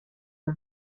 one